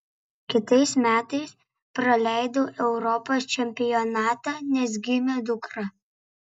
kitais metais praleidau europos čempionatą nes gimė dukra